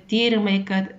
tyrimai kad